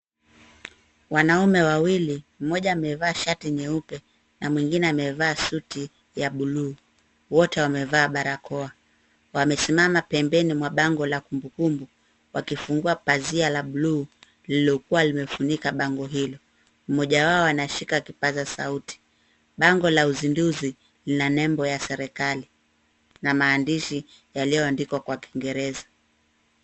Wanaume wawili, mmoja amevaa shati nyeupe na mwingine amevaa suti ya buluu. Wote wamevaa barakoa. Wamesimama pembeni mwa bango la kumbukumbu wakifungua pazia la buluu lililokua limefunika bango hilo. Mmoja wao anashika kipazasauti. Bango la uzinduzi lina nembo ya serikali na maandishi yaliyoandikwa kwa kiingereza.